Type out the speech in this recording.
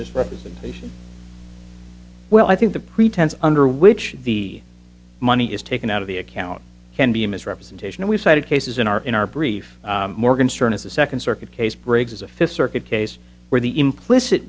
misrepresentation well i think the pretense under which the money is taken out of the account can be a misrepresentation and we've cited cases in our in our brief morgan sternness the second circuit case briggs is a fifth circuit case where the implicit